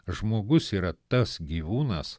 žmogus yra tas gyvūnas